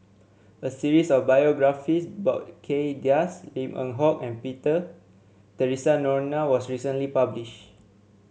a series of biographies about Kay Das Lim Eng Hock and Peter Theresa Noronha was recently publish